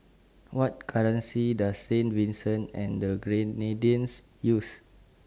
What currency Does Saint Vincent and The Grenadines use